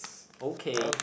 okay